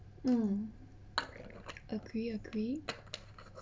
mm agree agree